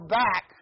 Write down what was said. back